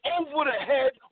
over-the-head